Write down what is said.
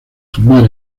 formar